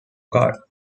card